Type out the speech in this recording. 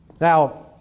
Now